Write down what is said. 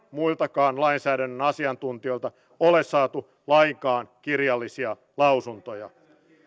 muiltakaan lainsäädännön asiantuntijoilta ole saatu lainkaan kirjallisia lausuntoja